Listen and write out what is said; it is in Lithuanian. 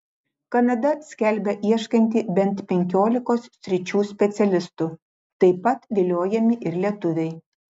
kanada skelbia ieškanti bent penkiolikos sričių specialistų taip pat viliojami ir lietuviai